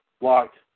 locked